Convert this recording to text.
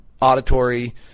auditory